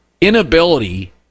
inability